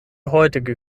heutige